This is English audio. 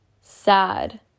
sad